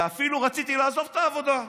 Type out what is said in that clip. ואפילו רציתי לעזוב את העבודה,